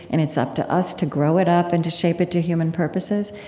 and it's up to us to grow it up and to shape it to human purposes.